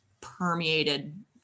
permeated